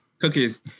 Cookies